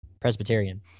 presbyterian